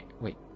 Wait